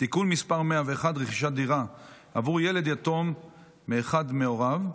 (תיקון מס' 101) (רכישת דירה עבור ילד יתום מאחד מהוריו),